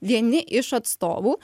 vieni iš atstovų